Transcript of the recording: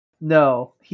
No